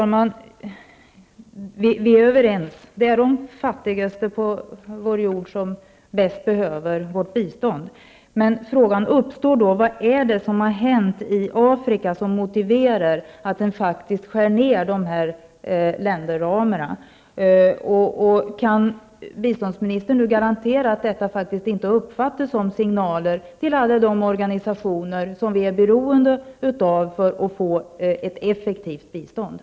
Herr talman! Vi är överens om att det är det fattigaste på vår jord som bäst behöver vårt bistånd. Men frågan uppstår: Vad är det som har hänt i Afrika som motiverar att man faktiskt skär ner länderramarna? Kan biståndsministern garantera att detta faktiskt inte skall uppfattas som signaler till alla de organisationer som är beroende av att få ett effektivt bistånd?